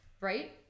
Right